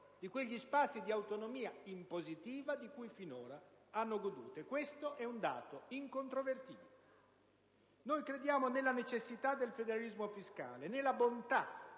di quegli spazi di autonomia impositiva di cui finora hanno goduto e questo è un dato incontrovertibile. Noi crediamo nella necessità del federalismo fiscale e nella bontà